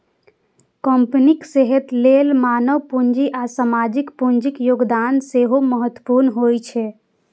कंपनीक सेहत लेल मानव पूंजी आ सामाजिक पूंजीक योगदान सेहो महत्वपूर्ण होइ छै